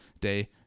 day